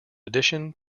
addition